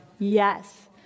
Yes